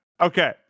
Okay